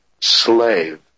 slave